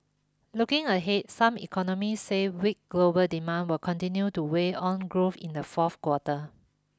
looking ahead some economists say weak global demand will continue to weigh on growth in the fourth quarter